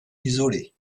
isolée